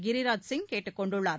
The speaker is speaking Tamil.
கிரிராஜ் சிங் கேட்டுக் கொண்டுள்ளார்